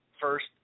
first